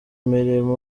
mirimo